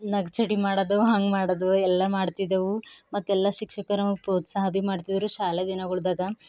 ನಗ್ಚರಿ ಮಾಡೋದು ಹಂಗೆ ಮಾಡೋದು ಎಲ್ಲ ಮಾಡ್ತಿದ್ದೆವು ಮತ್ತೆಲ್ಲ ಶಿಕ್ಷಕರು ಪ್ರೋತ್ಸಾಹ ಭೀ ಮಾಡ್ತಿದ್ದರು ಶಾಲಾ ದಿನಗಳ್ದಾಗ